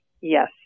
Yes